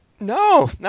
No